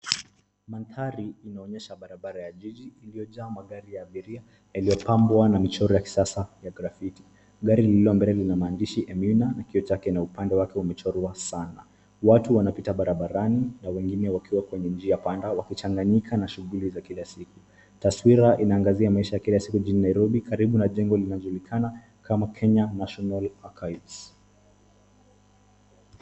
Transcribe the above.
Mandhari inaonyesha barabara ya jiji iliyojaa magari ya abiria yaliyopambwa na michoro ya kisasa ya graffiti. Gari lililo mbele lina maandishi emunna na kioo chake na upande wake imechorwa sana. Watu wanapita barabarani na wengine wakiwa kwenye njia panda wakichanganyika na shughuli za kila siku. Taswira inaangazia maisha ya kila siku jijini Nairobi karibu na jengo linalojulikana kama kenya national archives .